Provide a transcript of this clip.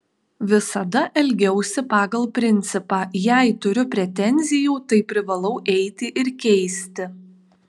visada elgiausi pagal principą jei turiu pretenzijų tai privalau eiti ir keisti